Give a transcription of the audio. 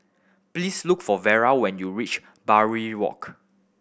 please look for Vara when you reach Barbary Walk